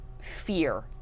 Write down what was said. fear